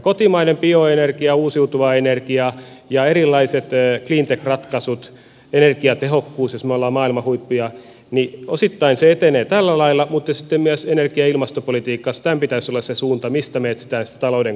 kotimainen bioenergia uusiutuva energia ja erilaiset cleantech ratkaisut energiatehokkuus jossa me olemme maailman huippuja osittain se etenee tällä lailla mutta sitten myös energia ja ilmastopolitiikassa tämän pitäisi olla se suunta mistä me etsimme sitä talouden kasvua